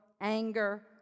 anger